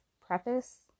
Preface